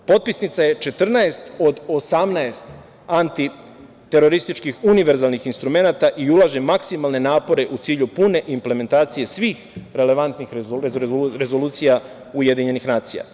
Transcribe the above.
Potpisnica je 14 od 18 antiterorističkih univerzalnih instrumenata i ulaže maksimalne napore u cilju pune implementacije svih relevantnih rezolucija UN.